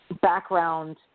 background